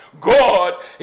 God